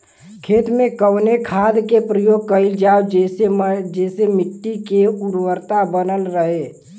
खेत में कवने खाद्य के प्रयोग कइल जाव जेसे मिट्टी के उर्वरता बनल रहे?